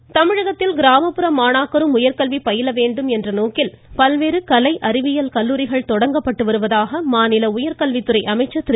அன்பழகன் தமிழகத்தில் கிராமப்புற மாணாக்கரும் உயர்கல்வி பயில வேண்டும் என்ற நோக்கில் பல்வேறு கலை அறிவியல் கல்லூரிகள் தொடங்கப்பட்டு வருவதாக மாநில உயர்கல்வித்துறை அமைச்சர் திரு